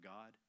God